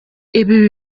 ibi